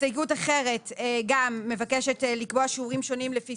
הסתייגות אחרת גם מבקשת לקבוע שיעורים שונים לפי